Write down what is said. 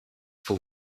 for